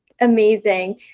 amazing